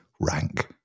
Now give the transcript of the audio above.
rank